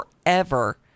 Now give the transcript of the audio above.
forever